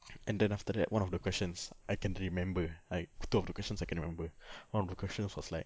and then after that [one] of the questions I can remember I two of the questions I cannot remember one of the questions was like